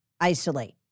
isolate